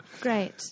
Great